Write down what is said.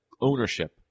ownership